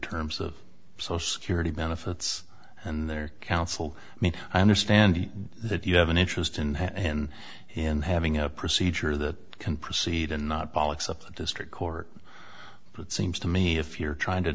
terms of social security benefits and their counsel i mean i understand that you have an interest in and in having a procedure that can proceed and not bollix up the district court but it seems to me if you're trying to